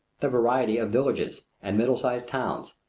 the varieties of villages and middle-sized towns,